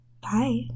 Bye